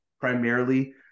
primarily